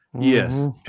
Yes